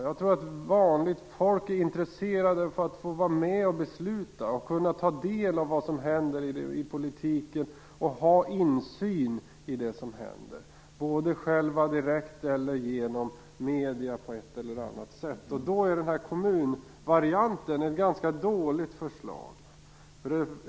Jag tror att vanligt folk är intresserade av att vara med och besluta, att kunna ta del av vad som händer i politiken och att ha insyn i det som händer, både direkt eller genom medier på ett eller annat sätt. Då är kommunvarianten ett ganska dåligt förslag.